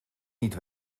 niet